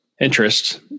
interest